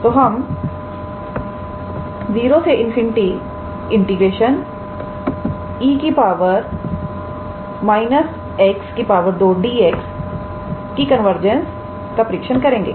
तो हम 0∞𝑒 −𝑥 2 𝑑𝑥 कन्वर्जेंस का परीक्षण करेंगे